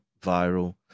viral